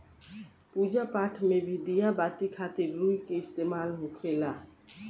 पूजा पाठ मे भी दिया बाती खातिर रुई के इस्तेमाल होखेला